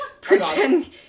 pretend